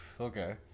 okay